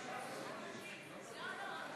הצעת החוק הזאת היא לא באמת על בנימין נתניהו,